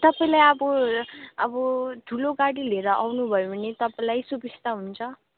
तपाईँले अब अब ठुलो गाडी लिएर आउनुभयो भने तपाईँलाई सुविस्ता हुन्छ